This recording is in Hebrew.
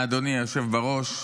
אדוני היושב-בראש,